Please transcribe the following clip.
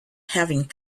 having